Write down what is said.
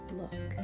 look